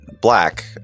black